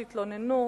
שיתלוננו,